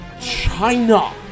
China